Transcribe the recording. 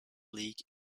league